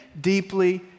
deeply